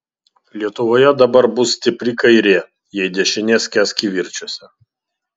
lietuvoje dabar bus stipri kairė jei dešinė skęs kivirčuose